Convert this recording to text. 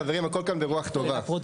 אה, רק זה נשאר.